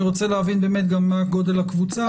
אני רוצה להבין באמת גם מה גודל הקבוצה.